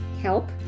help